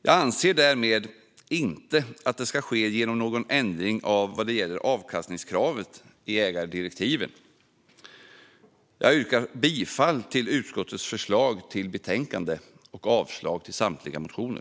Jag anser inte att detta ska ske genom en ändring av avkastningskravet i ägardirektiven. Jag yrkar bifall till utskottets förslag i betänkandet och avslag på samtliga motioner.